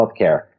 healthcare